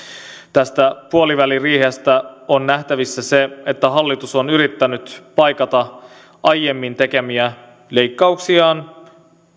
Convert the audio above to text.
tästä puoliväliriihestä on nähtävissä se että hallitus on yrittänyt paikata aiemmin tekemiään leikkauksia